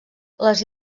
les